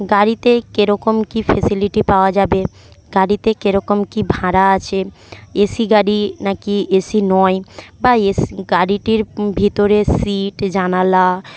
গাড়িতে কেরকম কি ফেসিলিটি পাওয়া যাবে গাড়িতে কিরকম কি ভাড়া আছে এসি না কি এসি নয় বা এসি গাড়িটির ভিতরের সীট জানালা